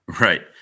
Right